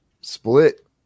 split